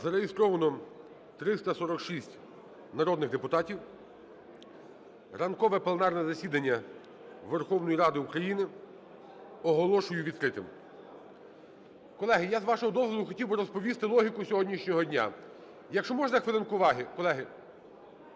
Зареєстровано 346 народних депутатів. Ранкове пленарне засідання Верховної Ради України оголошую відкритим. Колеги, я, з вашого дозволу, хотів би розповісти логіку сьогоднішнього дня. Якщо можна, хвилинку уваги, колеги.